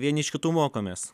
vieni iš kitų mokomės